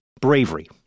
Bravery